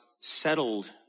settled